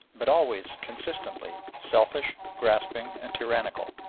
but always consistently selfish, grasping, and tyrannical.